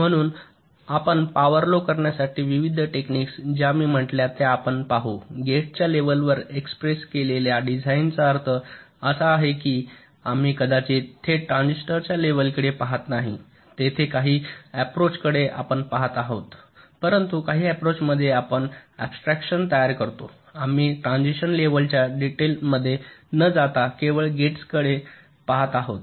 म्हणून आपण power low करण्यासाठी विविध टेक्निक्स ज्या मी म्हटल्या त्या आपण पाहू गेट्सच्या लेव्हलवर एक्सप्रेस केलेल्या डिझाईन्सचा अर्थ असा आहे की आम्ही कदाचित थेट ट्रान्झिस्टरच्या लेव्हलकडे पहात नाही तेथे काही अप्रोच कडे आपण पहात आहोत परंतु काही अप्रोच मध्ये आपण अॅब्स्ट्रॅक्शन तयार करतो आम्ही ट्रान्झिस्टर लेव्हलच्या डिटेलमध्ये न जाता केवळ गेटस कडे पहात आहोत